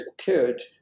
occurred